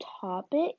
topic